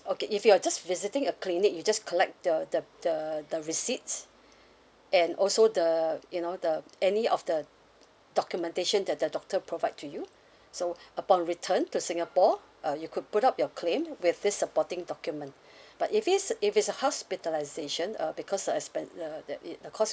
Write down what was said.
okay if you're just visiting a clinic you just collect the the the the receipts and also the you know the any of the documentation that the doctor provide to you so upon return to singapore uh you could put up your claim with this supporting document but if is if it's a hospitalisation uh because uh expen~ the uh the it the cost